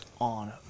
on